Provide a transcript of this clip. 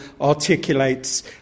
articulates